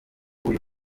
wuyu